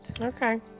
Okay